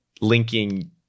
linking